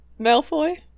Malfoy